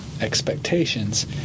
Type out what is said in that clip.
expectations